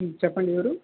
చెప్పండి ఎవరు